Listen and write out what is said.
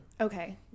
okay